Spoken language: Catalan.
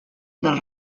del